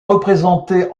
représenté